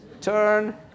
turn